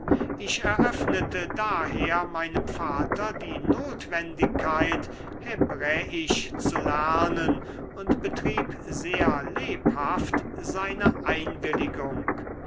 ich eröffnete daher meinem vater die notwendigkeit hebräisch zu lernen und betrieb sehr lebhaft seine einwilligung